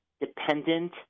dependent